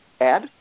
add